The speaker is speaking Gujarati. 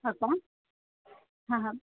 હા કોણ હા હા